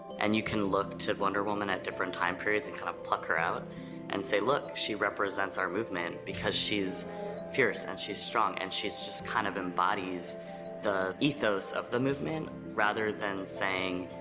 and you can look to wonder woman at different time periods and kind of pluck her out and say, look, she represents our movement, because she's fierce and she's strong, and she just kind of embodies the ethos of the movement, rather than saying,